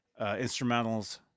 instrumentals